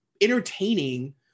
entertaining